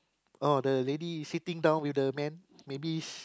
oh the lady sitting down with the man maybe